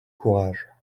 courage